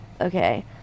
Okay